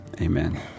Amen